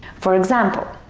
for example